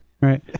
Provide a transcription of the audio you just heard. Right